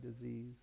disease